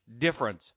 difference